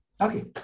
Okay